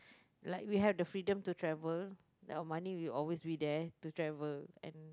like we have the freedom to travel and our money will always be there to travel and